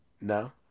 No